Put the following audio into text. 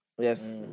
Yes